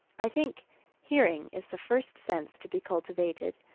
i think hearing is the first sense to be cultivated,